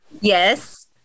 Yes